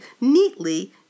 neatly